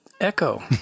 echo